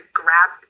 grab